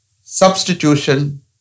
substitution